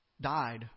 died